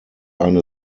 eine